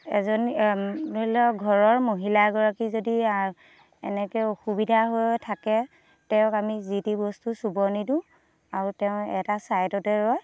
এজনী ধৰি লওক ঘৰৰ মহিলা এগৰাকী যদি এনেকে অসুবিধা হৈ থাকে তেওঁক আমি যি টি বস্তু চুব নিদিও আৰু তেওঁ এটা চাইডতে ৰয়